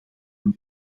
een